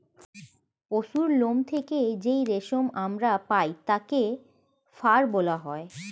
পশুর লোম থেকে যেই রেশম আমরা পাই তাকে ফার বলা হয়